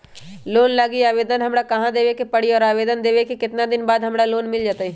Loan लागी आवेदन हमरा कहां देवे के पड़ी और आवेदन देवे के केतना दिन बाद हमरा लोन मिल जतई?